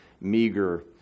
meager